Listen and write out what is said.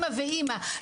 האימא והאימא,